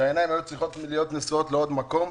שהעיניים היו צריכות להיות נשואות לעוד מקום,